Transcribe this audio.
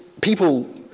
people